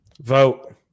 Vote